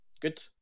Good